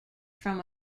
from